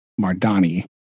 Mardani